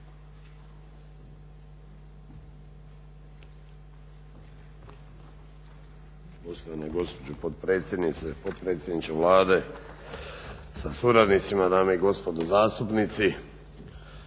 Poštovana gospođo potpredsjednice, potpredsjedniče Vlade sa suradnicima, dame i gospodo zastupnici.